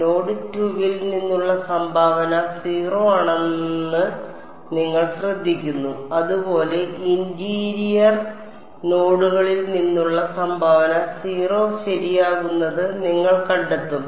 node 2 ൽ നിന്നുള്ള സംഭാവന 0 ആണെന്ന് നിങ്ങൾ ശ്രദ്ധിക്കുന്നു അതുപോലെ ഇന്റീരിയർ നോഡുകളിൽ നിന്നുള്ള സംഭാവന 0 ശരിയാകുന്നത് നിങ്ങൾ കണ്ടെത്തും